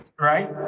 right